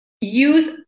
Use